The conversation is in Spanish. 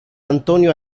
antonio